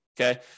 okay